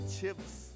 chips